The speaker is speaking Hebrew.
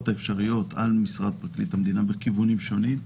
האפשריות על משרת פרקליט המדינה בכיוונים שונים,